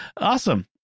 Awesome